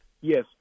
Yes